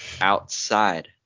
outside